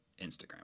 Instagram